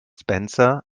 spencer